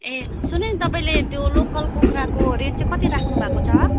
ए सुन्नु नि तपाईँले त्यो लोकल कुखुराको रेट चाहिँ कति राख्नु भएको छ